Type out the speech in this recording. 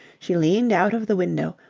she leaned out of the window,